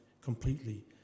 completely